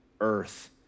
earth